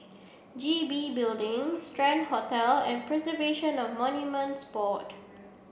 G B Building Strand Hotel and Preservation of Monuments Board